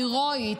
הירואית,